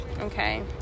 okay